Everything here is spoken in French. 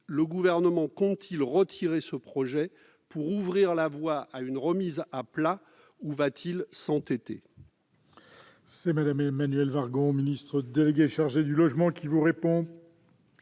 le Gouvernement compte-t-il retirer ce projet pour ouvrir la voie à une remise à plat, ou va-t-il s'entêter ?